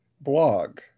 blog